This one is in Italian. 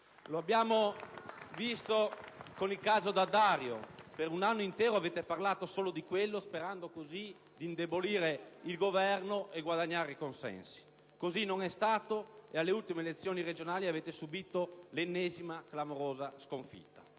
L'abbiamo visto con il caso D'Addario. Per un anno intero avete parlato solo di quello, sperando così di indebolire il Governo e guadagnare consensi. Così non è stato e alle ultime elezioni regionali avete subito l'ennesima clamorosa sconfitta.